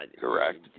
Correct